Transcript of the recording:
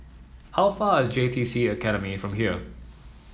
how far is J T C Academy from here